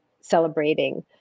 celebrating